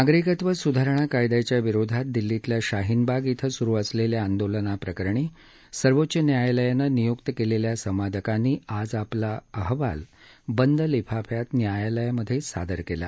नागरिकत्व स्धारणा कायद्याविरोधात दिल्लीतल्या शाहीन बाग इथं स्रु असलेल्या आंदोलनाप्रकरणी सर्वोच्च न्यायालयानं नियुक्त केलेल्या संवादकांनी आज आपला अहवाल बंद लिफाफ्यात न्यायालयात सादर केला